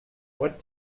what